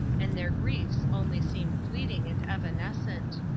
and their griefs only seem fleeting and evanescent.